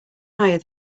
higher